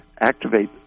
activate